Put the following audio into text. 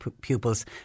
pupils